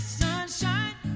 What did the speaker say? sunshine